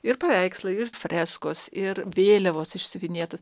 ir paveikslai ir freskos ir vėliavos išsiuvinėtos